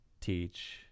teach